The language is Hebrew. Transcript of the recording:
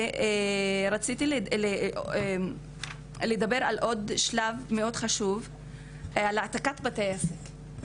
רציתי לדבר על עוד שלב מאוד חשוב על העתקת בתי עסק.